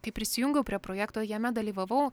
kai prisijungiau prie projekto jame dalyvavau